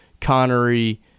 Connery